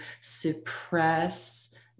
suppress